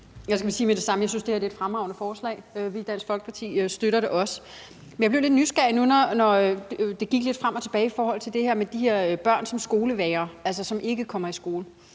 jeg synes, at det her er et fremragende forslag, og vi i Dansk Folkeparti støtter det også. Men jeg blev lidt nysgerrig på noget, da debatten gik lidt frem og tilbage i forhold til det her med de børn, som er skolevægrere , og som altså ikke kommer i skole.